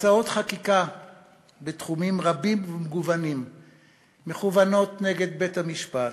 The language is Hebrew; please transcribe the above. הצעות חקיקה בתחומים רבים ומגוונים מכוונות נגד בית-המשפט,